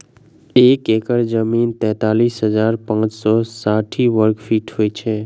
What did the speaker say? एक एकड़ जमीन तैँतालिस हजार पाँच सौ साठि वर्गफीट होइ छै